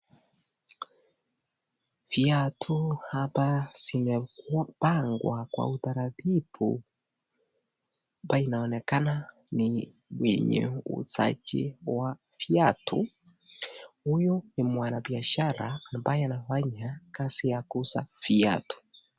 Viatu hapa zimepangwa kwa utaratibu, hapa inaonekana ni kwenye uuzaji wa viatu. Huyu ni mwanabiashara ambaye anafanya kazi ya kuuza viatu.